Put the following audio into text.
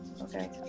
Okay